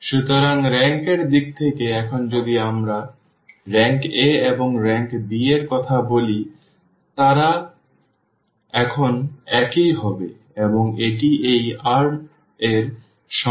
সুতরাং রেংক এর দিক থেকে এখন যদি আমরা RankA এবং Rankb এর কথা বলি তাই তারা এখন একই হবে এবং এটি এই r এর সমান বা এই n এর সমান